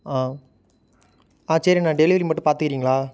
ஆ ஆ சரிண்ணா டெலிவரி மட்டும் பார்த்துக்குறீங்களா